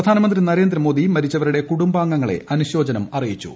പ്രധാനമന്ത്രി നരേന്ദ്രമോദി മരിച്ചവരുടെ കൂടുംബാംഗങ്ങൾക്ക് അനുശോചനം അറിയിച്ചു